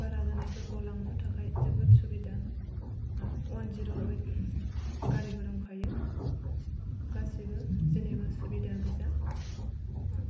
बारा जानायफोरखौ लांनो थाखाय जोबोद सुबिदा वान जिर' ओइट गारिबो दंखायो गासैबो जेनिबो सुबिदा गोजा